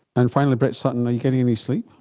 and finally, brett sutton, are you getting any sleep?